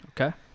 okay